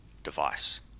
device